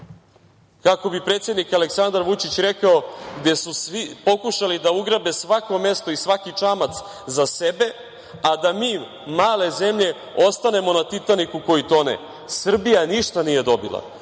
kako bi predsednik Aleksandar Vučić rekao, gde su svi pokušali da ugrabe svako mesto i svaki čamac za sebe, a da mi, male zemlje, ostanemo na Titaniku koji tone, Srbija ništa nije dobila,